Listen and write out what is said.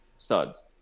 studs